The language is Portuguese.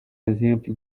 exemplo